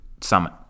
Summit